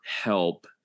help